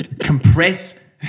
compress